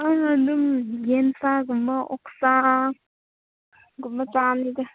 ꯑꯗꯨꯝ ꯌꯦꯟ ꯁꯥꯒꯨꯝꯕ ꯑꯣꯛ ꯁꯥꯒꯨꯝꯕ ꯆꯥꯅꯤꯗ